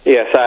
Yes